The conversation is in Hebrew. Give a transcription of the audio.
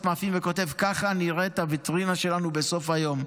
מאפים וכותב: ככה נראית הוויטרינה שלנו בסוף היום,